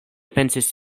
pensis